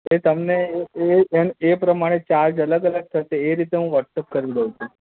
એ તમને એ એમ એ પ્રમાણે ચાર્જ અલગ અલગ થશે એ રીતે હું વ્હોટસપ કરી દઉં છું